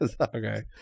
Okay